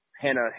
Hannah